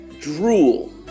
drool